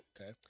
Okay